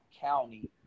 County